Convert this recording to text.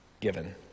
given